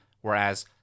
whereas